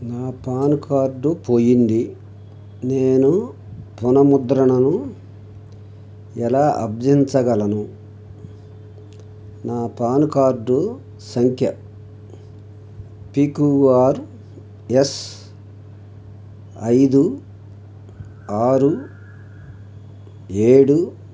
నా PAN card పోయింది నేను పునఃముద్రణను ఎలా అభ్యర్థించగలను నా పాను కార్డు సంఖ్య పీ క్యూ ఆర్ ఎస్ ఐదు ఆరు ఏడు